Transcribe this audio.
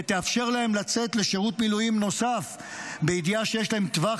ותאפשר להם לצאת לשירות מילואים נוסף בידיעה שיש להם טווח